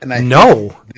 No